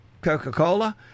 Coca-Cola